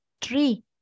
three